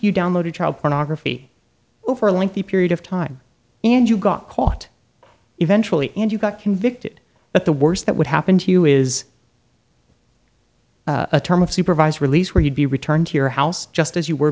you downloaded child pornography over a lengthy period of time and you got caught eventually and you got convicted but the worst that would happen to you is a term of supervised release where you'd be returned to your house just as you were